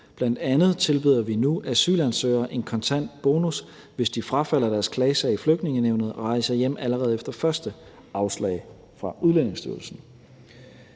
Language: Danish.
landet. Bl.a. tilbyder vi nu asylansøgere en kontant bonus, hvis de frafalder deres klagesag i Flygtningenævnet og rejser hjem allerede efter første afslag fra Udlændingestyrelsen.